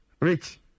rich